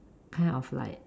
kind of like